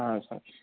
సరే